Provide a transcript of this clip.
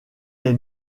est